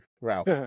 Ralph